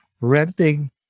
renting